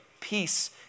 peace